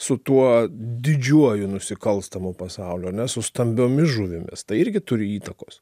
su tuo didžiuoju nusikalstamu pasauliu ar ne su stambiomis žuvimis tai irgi turi įtakos